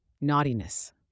naughtiness